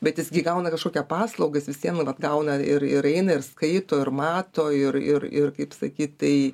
bet jis gi gauna kažkokią paslaugas visiem mum apgauna ir ir eina ir skaito ir mato ir ir ir kaip sakyt tai